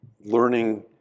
learning